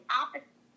opposite